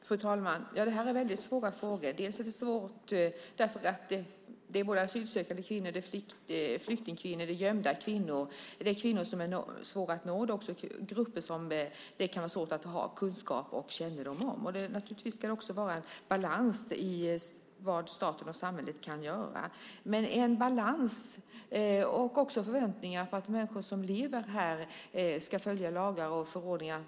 Fru talman! Det här är väldigt svåra frågor. Det är svårt därför att det är asylsökande kvinnor, flyktingkvinnor och gömda kvinnor. Det är kvinnor som är svåra att nå och också grupper som det kan vara svårt att ha kunskap och kännedom om. Det ska naturligtvis vara en balans i vad staten och samhället kan göra. Det ska också vara en balans i och förväntningar på att människor som lever här ska följa lagar och förordningar.